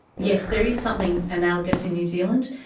yes, there is something analogous in new zealand,